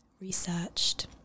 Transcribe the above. researched